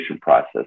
process